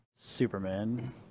Superman